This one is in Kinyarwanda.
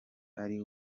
ari